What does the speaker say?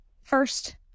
first